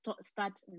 start